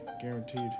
Guaranteed